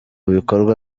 bikorwa